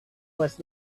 was